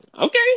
okay